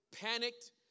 panicked